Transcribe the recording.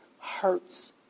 hurts